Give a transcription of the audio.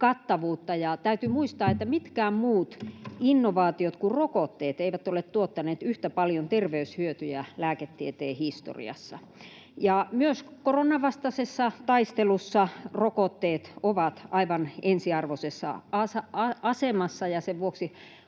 rokotekattavuutta. Täytyy muistaa, että mitkään muut innovaatiot kuin rokotteet eivät ole tuottaneet yhtä paljon terveyshyötyjä lääketieteen historiassa. Myös koronan vastaisessa taistelussa rokotteet ovat aivan ensiarvoisessa asemassa, ja sen vuoksi